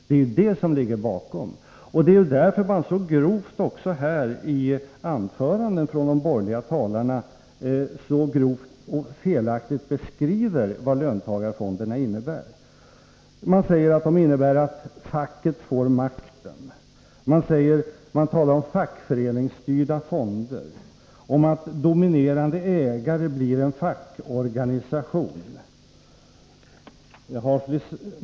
Det är det som ligger bakom, och det är också därför som de borgerliga talarna i sina anföranden här grovt och felaktigt beskriver vad löntagarfonderna innebär. De säger att fonderna betyder att facket får makt. De talar om fackföreningsstyrda fonder och säger att dominerande ägare blir en fackorganisation.